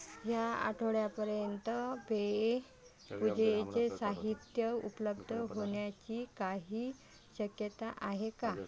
ह्या आठवड्यापर्यंत पेये पूजेचे साहित्य उपलब्ध होण्याची काही शक्यता आहे का